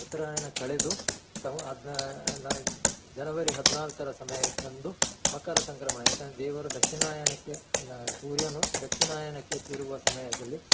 ಉತ್ತರಾಯಣ ಕಳೆದು ಸಂ ಅದು ನಾನು ಜನವರಿ ಹದಿನಾಲ್ಕರ ಸಮಯ ಅಂದು ಮಕರ ಸಂಕ್ರಮಣ ಯಾಕಂದರೆ ದೇವರು ದಕ್ಷಿಣಾಯನಕ್ಕೆ ಸೂರ್ಯನು ದಕ್ಷಿಣಾಯನಕ್ಕೆ ತಿರುಗುವ ಸಮಯದಲ್ಲಿ